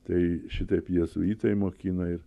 tai šitaip jėzuitai mokina ir